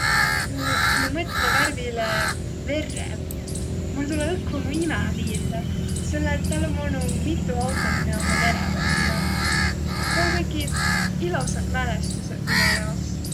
Ku ma mõtle värvile verrev, mul tule õkva muq imä miilde, selle et täl om olnuq mitu autot miä ommaq vereväq ja tuu om kuiki ilosaq mälestuseq mino jaos.